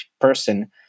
person